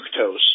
fructose